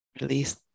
Release